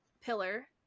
pillar